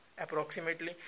approximately